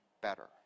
better